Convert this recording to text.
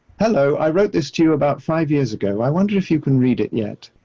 hello, i wrote this to you about five years ago. i wonder if you can read it yet.